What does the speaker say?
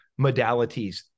modalities